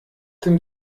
dem